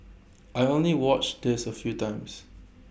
I only watched this A few times